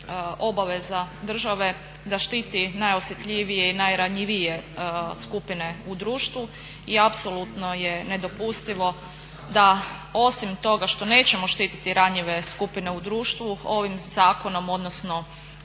obaveza države da štiti najosjetljivije i najranjivije skupine u društvu i apsolutno je nedopustivo da osim toga što nećemo štititi ranjive skupine u društvu ovim zakonom, odnosno